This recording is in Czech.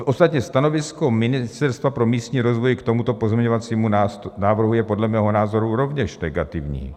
Ostatně stanovisko Ministerstva pro místní rozvoj k tomuto pozměňovacímu návrhu je podle mého názoru rovněž negativní.